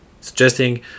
suggesting